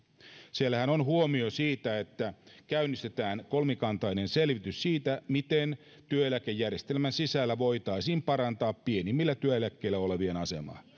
siellähän on huomio että käynnistetään kolmikantainen selvitys siitä miten työeläkejärjestelmän sisällä voitaisiin parantaa pienimmillä työeläkkeillä olevien asemaa